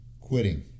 quitting